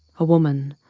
a woman,